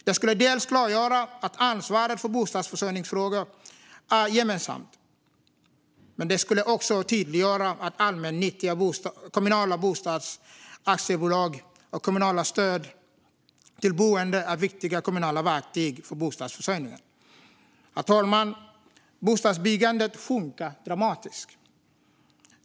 Det skulle dels klargöra att ansvaret för bostadsförsörjningsfrågor är gemensamt, dels tydliggöra att allmännyttiga kommunala bostadsaktiebolag och kommunalt stöd till boende är viktiga kommunala verktyg när det gäller bostadsförsörjningen. Herr talman! Bostadsbyggandet sjunker dramatiskt.